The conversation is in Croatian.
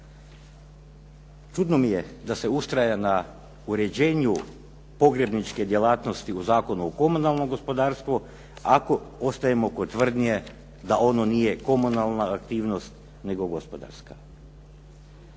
Čudno mi je da se ustraje na uređenju pogrebničke djelatnosti u Zakonu o komunalnom gospodarstvu, ako ostajem oko tvrdnje da ono nije komunalna aktivnost, nego gospodarska.